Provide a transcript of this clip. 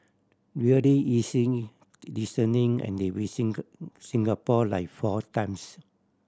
really easy listening and they visited Singapore like four times